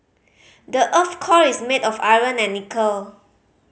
the earth's core is made of iron and nickel